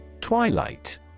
Twilight